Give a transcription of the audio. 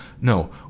No